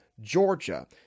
Georgia